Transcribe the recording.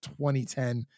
2010